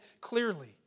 clearly